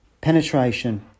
penetration